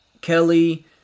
Kelly